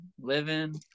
living